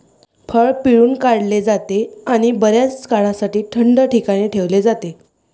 फळ पिळून काढले जाते आणि बर्याच काळासाठी थंड ठिकाणी ठेवले जाते